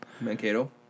Mankato